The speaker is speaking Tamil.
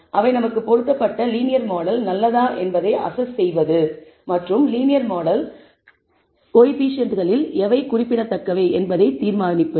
அவை நமக்கு பொருத்தப்பட்ட லீனியர் மாடல் நல்லதா என்பதை அஸ்ஸஸ் செய்வது மற்றும் லீனியர் மாடல் கோயபிசியன்ட்கள் குறிப்பிடத்தக்கவை எவை என்பதை எவ்வாறு தீர்மானிப்பது